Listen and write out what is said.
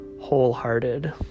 wholehearted